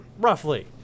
Roughly